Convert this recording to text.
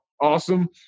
awesome